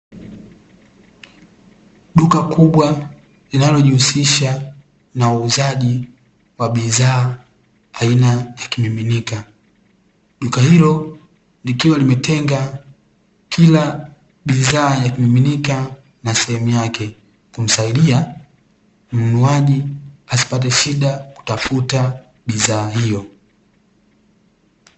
Duka kubwa linalojihusisha na uuzaji wa bidhaa aina ya kimiminika. Duka hilo, likiwa limetenga kila bidhaa ya kimiminika na sehemu yake kumsaidia mnunuaji asipate shida kutafuta bidhaa hiyo.